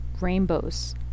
rainbows